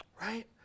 Right